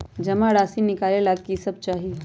जमा राशि नकालेला कि सब चाहि?